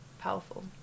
powerful